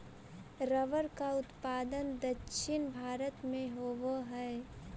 rubber का उत्पादन दक्षिण भारत में होवअ हई